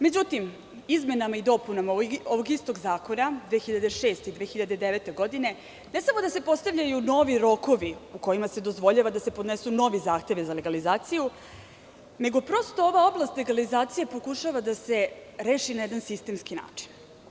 Međutim, izmenama i dopunama ovog istog zakona 2006. i 2009. godine ne samo da se postavljaju novi rokovi u kojima se dozvoljava da se podnesu novi zahtevi za legalizaciju, nego prosto ova oblast legalizacije pokušava da se reši na jedan sistemski način.